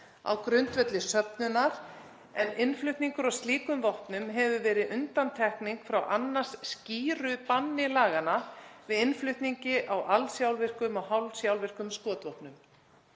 á grundvelli söfnunar. Innflutningur á slíkum vopnum hefur verið undantekning frá annars skýru banni laganna við innflutningi á alsjálfvirkum og hálfsjálfvirkum skotvopnum.